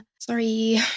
sorry